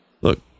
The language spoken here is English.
Look